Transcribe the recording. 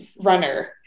runner